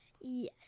Yes